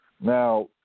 Now